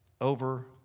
over